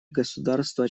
государства